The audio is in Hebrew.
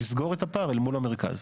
לסגור את הפער אל מול המרכז.